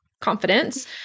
confidence